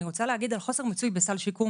ואני רוצה להגיד על חוסר מיצוי בסל שיקום